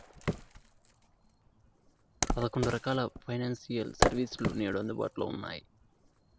పదకొండు రకాల financial service లు నేడు అందుబాటులో ఉన్నాయి